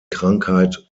krankheit